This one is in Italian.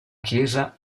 chiesa